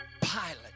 pilot